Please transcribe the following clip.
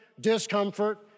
discomfort